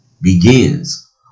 begins